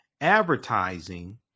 advertising